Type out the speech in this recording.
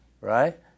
right